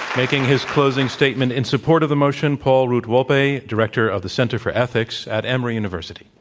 making his closing statement in support of the motion, paul root wolpe, director of the center for ethics at emory university.